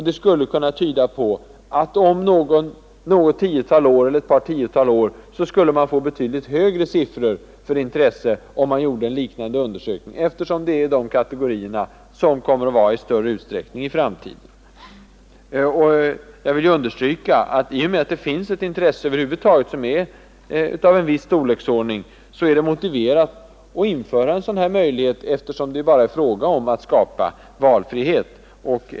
Det skulle kunna tyda på att man om ett tiotal år skulle få betydligt högre intressesiffror om man gjorde en liknande undersökning, eftersom dessa kategorier kommer att vara större i framtiden. Eftersom det finns ett intresse av denna storleksordning så är det motiverat att införa en sådan här möjlighet; det är ju bara fråga om att skapa valfrihet.